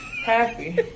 Happy